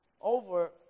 over